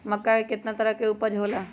मक्का के कितना तरह के उपज हो ला?